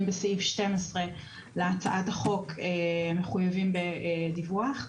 בסעיף 12 להצעת החוק המחויבים בדיווח.